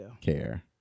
care